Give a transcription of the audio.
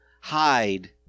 hide